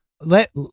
Let